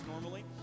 normally